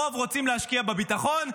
הרוב רוצים להשקיע בביטחון.